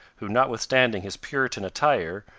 who, notwithstanding his puritan attire,